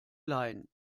leihen